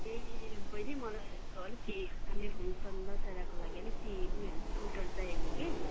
ए बहिनी मलाई त अलिकति खाने दसेराको लागि अलिकति उयोहरू फ्रुटहरू चाहिएको थियो कि